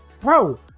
Bro